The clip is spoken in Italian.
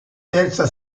terza